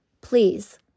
please